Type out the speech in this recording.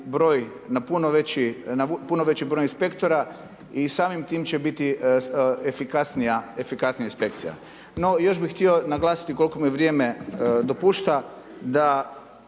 broj na puno veći broj inspektora i samim tim će biti efikasnija inspekcija. No, još bih htio naglasiti koliko mi vrijeme dopušta, da